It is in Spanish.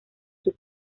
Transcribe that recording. sus